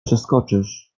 przeskoczysz